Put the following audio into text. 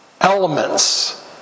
elements